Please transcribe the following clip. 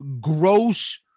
gross